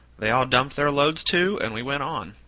they all dumped their loads, too, and we went on.